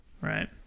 Right